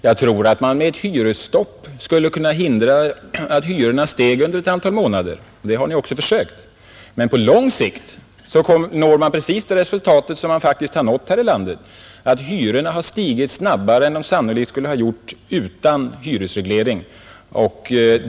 Jag tror att man med ett hyresstopp skulle kunna hindra att hyrorna steg under ett antal månader. Det har Ni också försökt. Men på lång sikt når man precis det resultat som man faktiskt har nått här i landet, att hyrorna har stigit snabbare än de sannolikt skulle ha gjort utan hyresreglering.